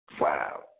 Wow